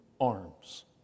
arms